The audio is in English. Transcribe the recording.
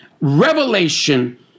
revelation